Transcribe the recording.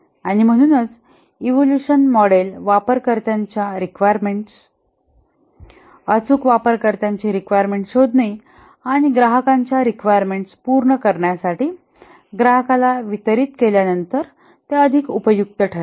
आणि म्हणूनच evolution model वापरकर्त्याच्या रिक्वायरमेंट्स अचूक वापरकर्त्याची रिक्वायरमेंट्स शोधणे आणि ग्राहकांच्या रिक्वायरमेंट्स पूर्ण करण्यासाठी ग्राहकाला वितरित केल्यानंतर ते अधिक उपयुक्त ठरेल